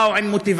באו עם מוטיבציה,